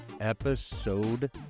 episode